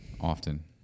often